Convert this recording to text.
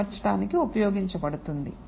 అమర్చడానికి ఉపయోగించబడుతుంది